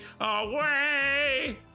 away